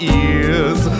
ears